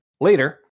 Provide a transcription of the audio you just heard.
Later